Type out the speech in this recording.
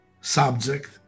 subject